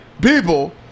people